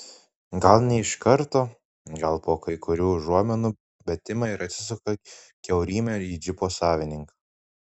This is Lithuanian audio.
gal ne iš karto gal po kai kurių užuominų bet ima ir atsuka kiaurymę į džipo savininką